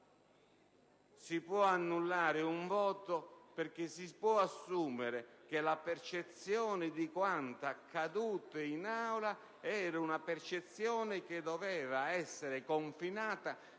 si può annullare un voto perché si può assumere che la percezione di quanto è accaduto in Aula era una percezione che doveva essere confinata